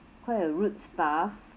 quite a rude staff